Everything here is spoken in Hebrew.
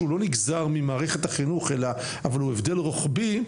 שהוא לא נגזר ממערכת החינוך אבל הוא הבדל רוחבי,